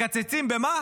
מקצצים במה?